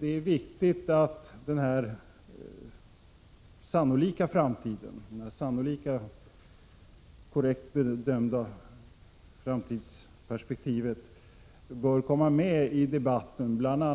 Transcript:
Det är viktigt att det sannolikt korrekt bedömda framtidsperspektivet kommer med i debatten, bl.a. i